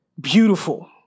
beautiful